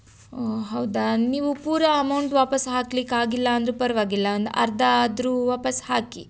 ಓ ಹೌದಾ ನೀವು ಪೂರ ಅಮೌಂಟ್ ವಾಪಾಸ್ಸು ಹಾಕ್ಲಿಕ್ಕೆ ಆಗಿಲ್ಲ ಅಂದ್ರೂ ಪರವಾಗಿಲ್ಲ ಒಂದು ಅರ್ಧ ಆದ್ರೂ ವಾಪಾಸ್ಸು ಹಾಕಿ